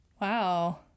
wow